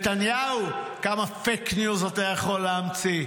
נתניהו: כמה פייק ניוז אתה יכול להמציא?